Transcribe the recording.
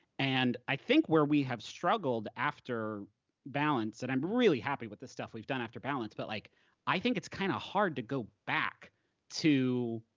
and i think where we have struggled after balance, and i'm really happy with the stuff we've done after balance, but like i think it's kinda hard to go back to